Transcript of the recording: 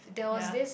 ya